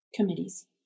committees